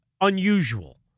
unusual